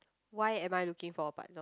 why am I looking for a partner